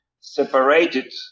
separated